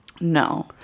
no